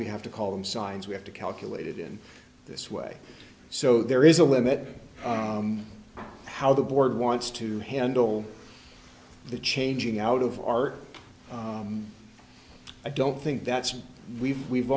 we have to call them signs we have to calculate it in this way so there is a limit to how the board wants to handle the changing out of our i don't think that's we've we've